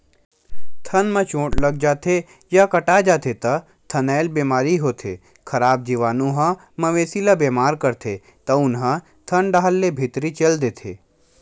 थन म चोट लाग जाथे या कटा जाथे त थनैल बेमारी होथे, खराब जीवानु ह मवेशी ल बेमार करथे तउन ह थन डाहर ले भीतरी चल देथे